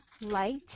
light